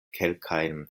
kelkajn